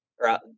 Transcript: right